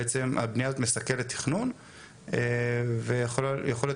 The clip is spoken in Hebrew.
בעצם הבנייה הזו מסכלת תכנון ויכול להיות